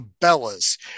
bellas